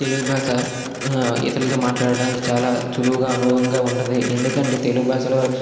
తెలుగు భాష ఇతరులతో మాట్లాడడానికి చాలా చులువుగా అనువంగా ఉంటుంది ఎందుకంటే తెలుగు భాషలో